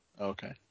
okay